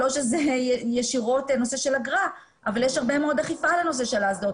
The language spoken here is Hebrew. לא שזה ישירות הנושא של אגרה אבל יש הרבה מאוד אכיפה לנושא של האסדות.